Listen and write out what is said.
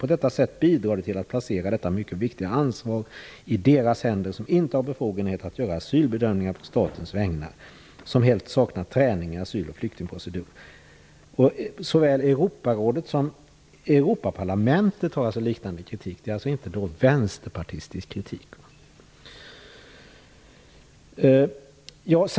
På detta sätt bidrar det till att placera detta mycket viktiga ansvar i deras händer, som inte har befogenheter att göra asylbedömningar på statens vägnar och som helt saknar träning i asyl och flyktingprocedur. Såväl Europarådet som Europaparlamentet har riktat liknande kritik. Det är alltså inte fråga om någon vänsterpartistisk kritik.